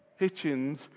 Hitchens